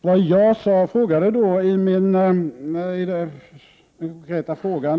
Jag ställde den konkreta frågan